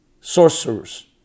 sorcerers